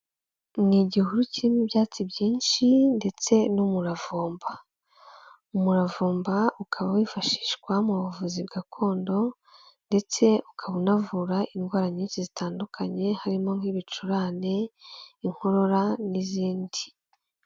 Ni igihuru kirimo ibyatsi byinshi ndetse n'umuravumba. Umuravumba ukaba wifashishwa mu buvuzi gakondo ndetse ukaba unavura indwara nyinshi zitandukanye harimo nk'ibicurane inkorora n'izindi.